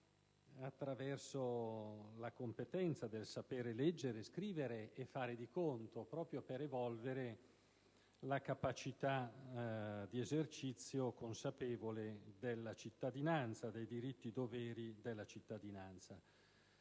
attraverso la competenza del sapere leggere, scrivere e fare di conto, proprio per evolvere la capacità di esercizio consapevole dei diritti-doveri della cittadinanza.